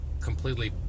completely